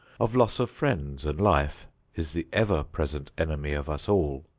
of loss of friends and life is the ever-present enemy of us all,